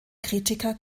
kritiker